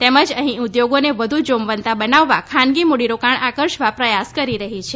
તેમજ અહીં ઉદ્યોગોને વધુ જોમવંતા બનાવવા ખાનગી મૂડીરોકાણ આકર્ષવા પ્રયાસ કરી રહી છે